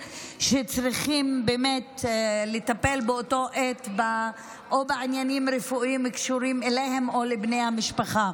שצריכים לטפל באותה עת בעניינים רפואיים הקשורים אליהם או לבני המשפחה.